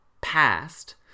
past